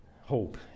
hope